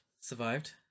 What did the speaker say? survived